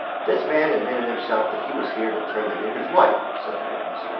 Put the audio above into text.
this man admitted himself that he was here to turn the niggers white, said the witness.